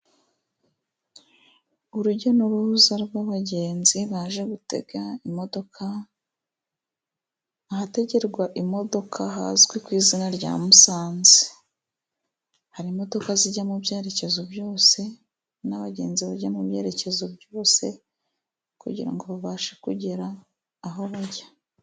Urujya n'uruza rw'abagenzi baje gutega imodoka，ahategerwa imodoka hazwi ku izina rya Musanze. Hari imodoka zijya mu byerekezo byose，n'abagenzi bajya mu byerekezo byose， kugira ngo babashe kugera aho bajya.